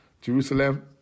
Jerusalem